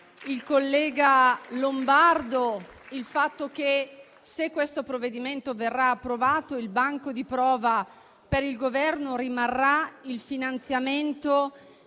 il collega Lombardo il fatto che, se verrà approvato, il banco di prova per il Governo rimarrà il finanziamento